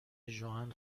ژوئن